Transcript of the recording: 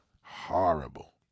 horrible